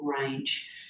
range